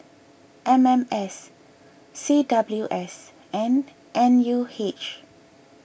M M S C W S and N U H